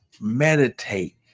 meditate